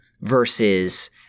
versus